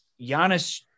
Giannis